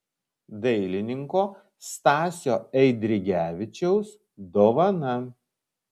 dailininko stasio eidrigevičiaus dovana